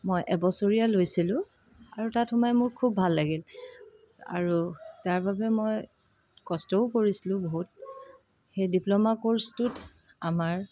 মই এবছৰীয়া লৈছিলো আৰু তাত সোমাই মোৰ খুব ভাল লাগিল আৰু তাৰবাবে মই কষ্টও কৰিছিলো বহুত সেই ডিপ্ল'মা কৰ্ছটোত আমাৰ